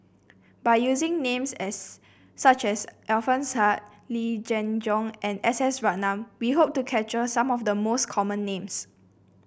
by using names as such as Alfian Sa'at Yee Jenn Jong and S S Ratnam we hope to capture some of the common names